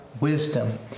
wisdom